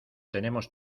tenemos